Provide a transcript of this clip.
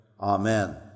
Amen